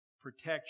Protection